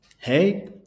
hey